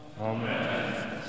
Amen